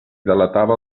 delatava